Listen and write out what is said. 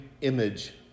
image